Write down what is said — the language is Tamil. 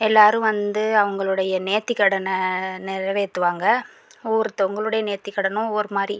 எல்லோரும் வந்து அவங்களுடைய நேர்த்திகடனை நிறைவேத்துவாங்க ஒவ்வொருத்தவங்களோட நேர்த்திகடனும் ஒவ்வொரு மாதிரி